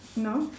no